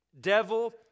Devil